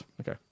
Okay